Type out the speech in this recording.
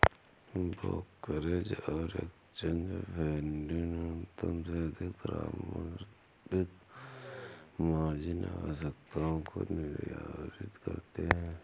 brokerage और exchange फेडन्यूनतम से अधिक प्रारंभिक मार्जिन आवश्यकताओं को निर्धारित करते हैं